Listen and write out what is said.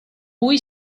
cui